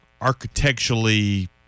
architecturally